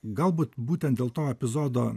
galbūt būtent dėl to epizodo